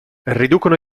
riducono